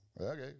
Okay